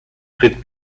tritt